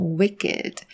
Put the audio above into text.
wicked